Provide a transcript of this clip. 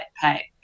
pay